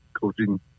coaching